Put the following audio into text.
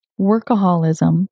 workaholism